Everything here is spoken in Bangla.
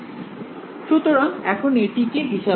সুতরাং এখন এটিকে হিসাব করা হোক